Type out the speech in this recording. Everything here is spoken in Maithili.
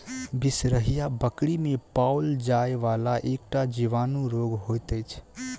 बिसरहिया बकरी मे पाओल जाइ वला एकटा जीवाणु रोग होइत अछि